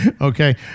okay